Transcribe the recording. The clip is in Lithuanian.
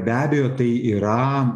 be abejo tai yra